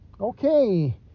okay